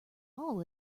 all